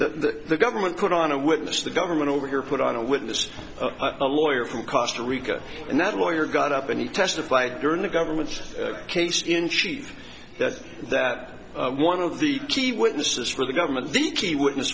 that the government put on a witness the government over here put on a witness a lawyer from costa rica and that lawyer got up and he testified during the government's case in chief that that one of the key witness this really government the key witness